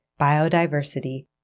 biodiversity